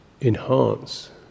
enhance